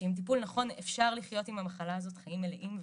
ושעם טיפול נכון אפשר לחיות עם המחלה הזאת חיים מלאים וטובים.